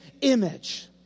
image